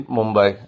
Mumbai